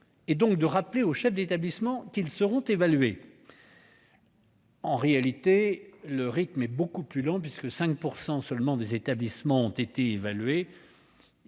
et de rappeler aux chefs d'établissement qu'ils seraient évalués. Dans les faits, le rythme est beaucoup plus lent, puisque seulement 5 % des établissements ont été évalués.